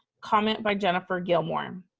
comment by jennifer gilmore.